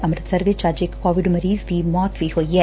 ਅੰਮ੍ਰਿਤਸਰ ਚ ਅੱਜ ਇਕ ਕੋਵਿਡ ਮਰੀਜ਼ ਦੀ ਮੌਤ ਵੀ ਹੋਈ ਐ